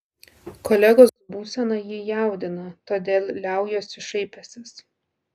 kolegos būsena jį jaudina todėl liaujuosi šaipęsis